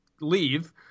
leave